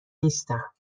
نیستم